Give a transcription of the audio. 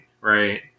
right